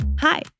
Hi